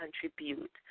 contribute